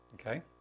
okay